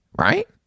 right